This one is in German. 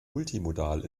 multimodal